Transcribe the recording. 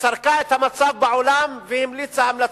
שסקרה את המצב בעולם והמליצה המלצות.